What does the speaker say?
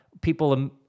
people